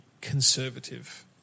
conservative